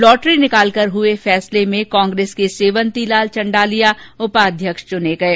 lottery निकालकर हुए फैसले में कांग्रेस के सेवंती लाल चंडालिया उपाध्यक्ष चुने गये